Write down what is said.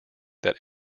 that